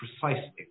precisely